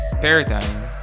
paradigm